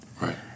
Right